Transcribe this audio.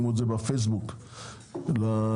זה